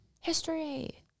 History